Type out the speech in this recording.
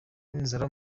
n’inzara